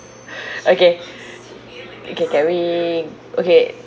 okay okay can we okay